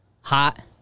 hot